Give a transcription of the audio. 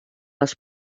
les